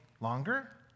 longer